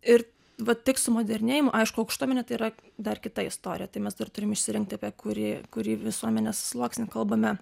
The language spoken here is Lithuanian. ir va tik sumodernėjom aišku aukštuomenė tai yra dar kita istorija tai mes dar turim išsirinkt apie kurį kurį visuomenės sluoksnį kalbame